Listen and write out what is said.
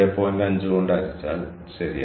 5 കൊണ്ട് ഹരിച്ചാൽ ശരിയാണ്